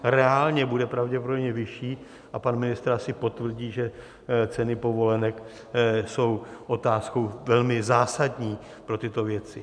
Reálně bude pravděpodobně vyšší a pan ministr asi potvrdí, že ceny povolenek jsou otázkou velmi zásadní pro tyto věci.